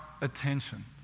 attention